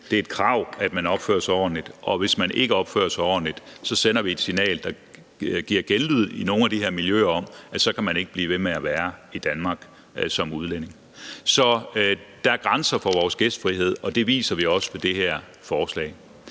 det er et krav, at man opfører sig ordentligt. Og vi sender et signal, der giver genlyd i nogle af de her miljøer, om, at hvis man ikke opfører sig ordentligt, kan man ikke blive ved med at være i Danmark som udlænding. Så der er grænser for vores gæstfrihed, og det viser vi også med det her forslag.